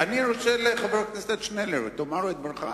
חבר הכנסת שנלר, תאמר את דברך.